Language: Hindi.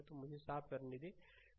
तो मुझे इसे साफ करने दें